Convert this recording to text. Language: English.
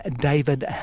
David